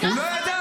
הוא לא ידע,